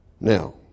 Now